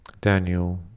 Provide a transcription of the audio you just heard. Daniel